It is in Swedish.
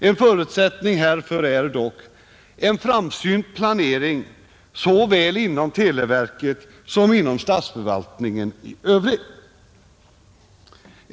En förutsättning härför är dock en framsynt planering såväl inom televerket som inom statsförvaltningen i övrigt.